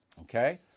okay